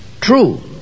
True